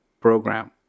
program